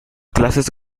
clases